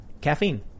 Caffeine